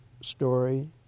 story